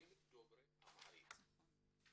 רופאים דוברי אמהרית.